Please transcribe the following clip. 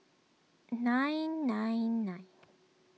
nine nine nine